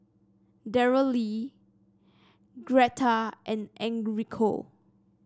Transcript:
Daryle Greta and Enrico